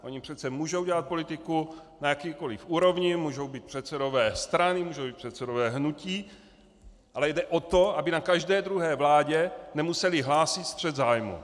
Oni přece můžou dělat politiku na jakékoli úrovni, můžou být předsedové strany, můžou být předsedové hnutí, ale jde o to, aby na každé druhé vládě nemuseli hlásit střet zájmů.